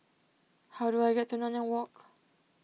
how do I get to Nanyang Walk